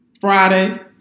Friday